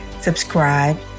subscribe